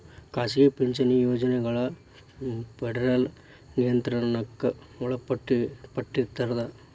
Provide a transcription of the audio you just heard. ಖಾಸಗಿ ಪಿಂಚಣಿ ಯೋಜನೆಗಳ ಫೆಡರಲ್ ನಿಯಂತ್ರಣಕ್ಕ ಒಳಪಟ್ಟಿರ್ತದ